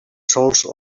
sols